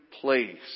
place